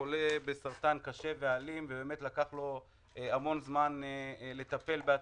חולה בסרטן קשה ואלים ובאמת לקח לו הרבה זמן לטפל בעצמו,